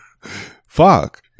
fuck